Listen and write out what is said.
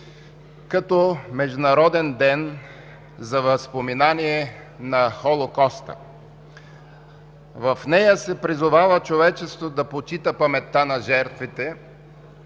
като Международен ден за възпоменание на холокоста. В нея се призовава човечеството да почита паметта на жертвите